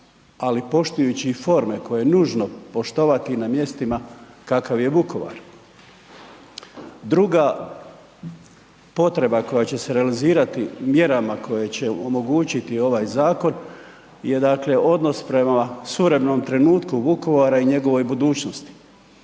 ali poštujući i forme koje je nužno poštovati na mjestima kakav je Vukovar. Druga potreba koja će se realizirati mjerama koje će omogućiti ovaj zakon je dakle odnos prema suvremenom trenutku Vukovara i njegove budućnosti.